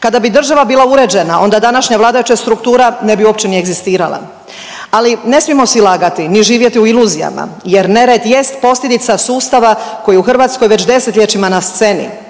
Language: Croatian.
Kada bi država bila uređena onda današnja vladajuća struktura ne bi uopće ni egzistirala, ali ne smijemo si lagati, ni živjeti u iluzijama jer nered jest posljedica sustava koji je u Hrvatskoj već 10-ljećima na sceni.